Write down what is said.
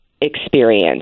experience